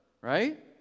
right